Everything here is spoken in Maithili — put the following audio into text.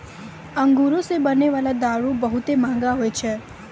अंगूरो से बनै बाला दारू बहुते मंहगा होय छै